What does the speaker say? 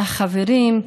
מהחברים,